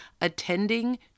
Attending